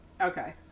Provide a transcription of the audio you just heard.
Okay